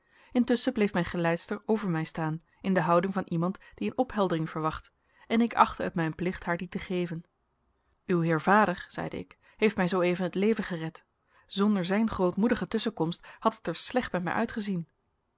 intusschen bleef mijn geleidster over mij staan in de houding van iemand die een opheldering verwacht en ik achtte het mijn plicht haar die te geven uw heer vader zeide ik heeft mij zooeven het leven gered zonder zijn grootmoedige tusschenkomst had het er slecht met mij uitgezien